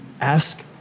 ask